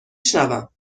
شنوم